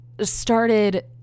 started